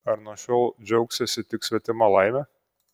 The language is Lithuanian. ar nuo šiol džiaugsiesi tik svetima laime